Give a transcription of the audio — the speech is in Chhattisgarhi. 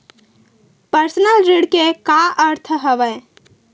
पर्सनल ऋण के का अर्थ हवय?